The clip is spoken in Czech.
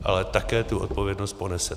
Ale také tu odpovědnost ponesete.